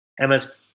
Emma's